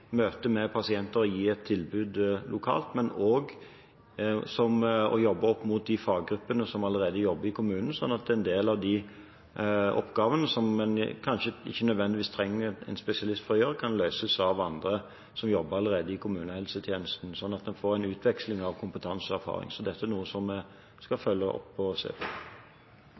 pasienter og gi et tilbud lokalt og ved å jobbe opp mot de faggruppene som allerede jobber i kommunen, slik at en del av de oppgavene som en kanskje ikke nødvendigvis trenger en spesialist til å gjøre, kan løses av andre som allerede jobber i kommunehelsetjenesten, slik at en får en utveksling av kompetanseerfaring. Så dette er noe vi skal